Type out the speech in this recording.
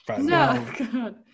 no